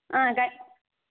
சரி சரிங்க